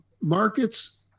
Markets